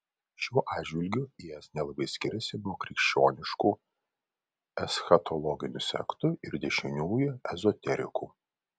šiuo atžvilgiu is nelabai skiriasi nuo krikščioniškų eschatologinių sektų ir dešiniųjų ezoterikų